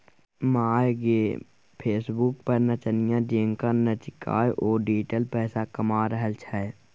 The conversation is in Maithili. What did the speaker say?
माय गे फेसबुक पर नचनिया जेंका नाचिकए ओ डिजिटल पैसा कमा रहल छै